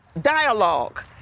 dialogue